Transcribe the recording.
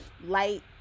light